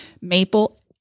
maple